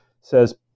says